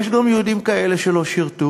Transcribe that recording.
יש גם יהודים כאלה שלא שירתו.